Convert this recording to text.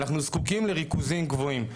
אנחנו זקוקים לריכוזים גבוהים.